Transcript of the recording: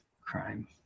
crime